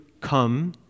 come